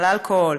על אלכוהול,